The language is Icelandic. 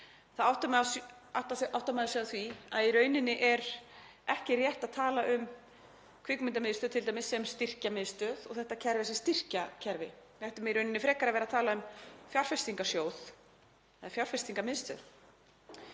þá áttar maður sig á því að í raun er ekki rétt að tala um Kvikmyndamiðstöð t.d. sem styrkjamiðstöð og þetta kerfi sem styrkjakerfi. Við ættum í rauninni frekar að vera að tala um fjárfestingarsjóð eða fjárfestingarmiðstöð.